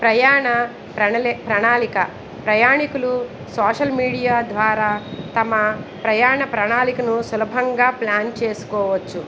ప్రయాణ ప్రణళి ప్రణాళిక ప్రయాణికులు సోషల్ మీడియా ద్వారా తమ ప్రయాణ ప్రణాళికను సులభంగా ప్లాన్ చేసుకోవచ్చు